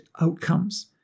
outcomes